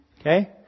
Okay